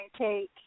take